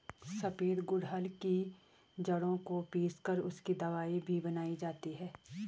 सफेद गुड़हल की जड़ों को पीस कर उसकी दवाई भी बनाई जाती है